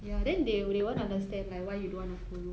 ya then they they won't understand like why you don't want to follow